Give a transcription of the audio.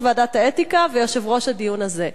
ועדת האתיקה ויושב-ראש הדיון הזה.